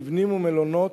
מבנים ומלונות,